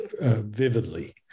vividly